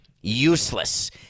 useless